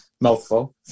mouthful